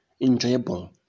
enjoyable